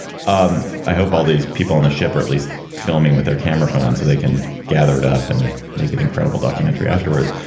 um i hope all these people on the ship or at least filming with their camera phones so they can gathered up and make it incredible documentary afterwards.